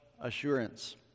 assurance